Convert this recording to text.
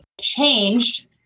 changed